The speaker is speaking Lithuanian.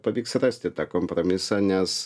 pavyks rasti tą kompromisą nes